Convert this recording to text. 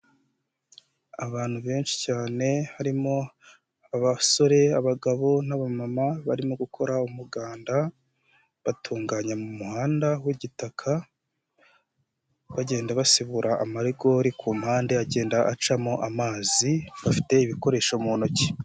Abantu benshi cyane harimo abasore, abagabo n'abamama barimo gukora umuganda batunganya mu muhanda w'igitaka bagenda basibura amarigori ku mpande agenda acamo amazi bafite ibikoresho mu ntoki.